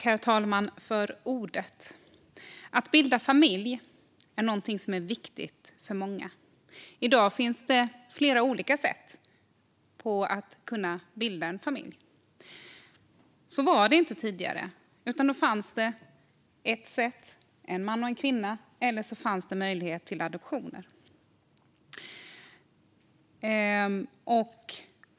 Herr talman! Att bilda familj är någonting som är viktigt för många. I dag finns det flera olika sätt att bilda familj. Så var det inte tidigare, utan då fanns det ett sätt - en man och en kvinna - och så fanns det möjlighet till adoption.